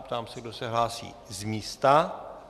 Ptám se, kdo se hlásí z místa.